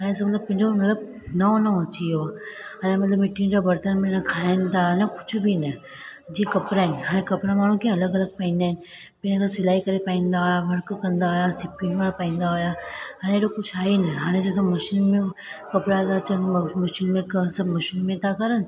हाणे सभु मतलबु पंहिंजो मतलबु नओं नओं अची वियो आहे ऐं मतलबु मिटीअ जा बरतन में न खाइनि था न कुझु बि न जीअं कपिड़ा आहिनि हाणे कपिड़ा माण्हू कीअं अलॻि अलॻि पाईंदा आहिनि पहिरा त सिलाई करे पाईंदा हुआ वर्क कंदा हुआ सिप्पिनि वारा पाहींदा हुआ हाणे अहिड़ो कुझु आहे ई न हाणे जेको मशीन में कपिड़ा था अचनि म मशीन में कर सभु मशीन में था करनि